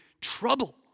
trouble